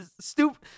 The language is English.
stupid